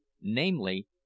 namely